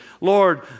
Lord